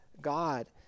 God